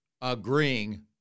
agreeing